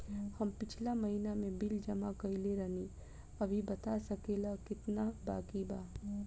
हम पिछला महीना में बिल जमा कइले रनि अभी बता सकेला केतना बाकि बा?